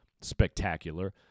spectacular